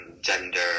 gender